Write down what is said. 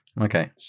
Okay